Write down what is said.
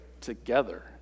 together